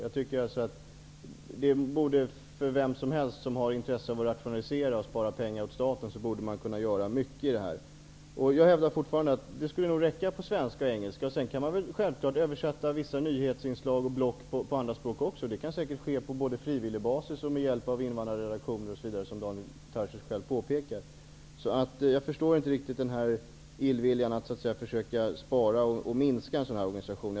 Jag tycker att det borde stå klart för vem som helst som har intresse av att rationalisera och spara pengar åt staten att här finns mycket att göra. Jag hävdar fortfarande att det skulle nog räcka med program på svenska och engelska. Självklart kan man sedan översätta vissa nyhetsinslag och block till andra språk också. Det kan säkert ske både på frivillig basis och med hjälp av invandrarredaktioner osv., som Daniel Tarschys själv påpekar. Jag förstår inte riktigt den här illviljan mot att försöka spara i och minska en sådan här organisation.